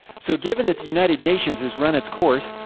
so given that the united nations has run its course,